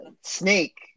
snake